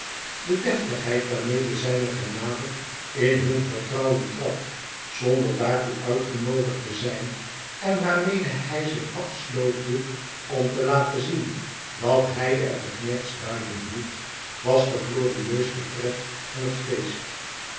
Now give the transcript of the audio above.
de deftigheid waarmede zijne genade in hun vertrouwen trad zonder daartoe uitgenoodigd te zijn en waarmede hij zich afsloofde om te laten zien dat hij er de knechts buiten hield was de glorieuste pret van het feest